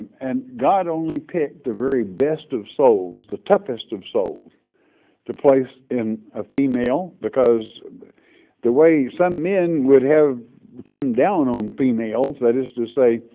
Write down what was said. and god only picked the very best of souls, the toughest of souls to place in a female, because the way some men would have come down on females, that is to say,